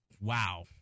Wow